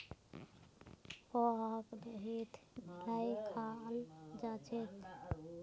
पोहाक दहीत मिलइ खाल जा छेक